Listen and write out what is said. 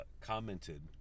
commented